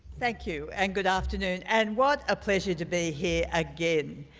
thank you and good afternoon and what a pleasure to be here again.